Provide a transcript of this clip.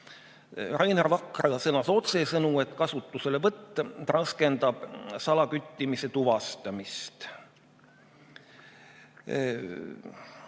Rainer Vakra sõnas otsesõnu, et nende kasutuselevõtt raskendab salaküttimise tuvastamist.